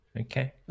Okay